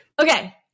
Okay